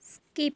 skip